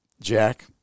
Jack